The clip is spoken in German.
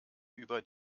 über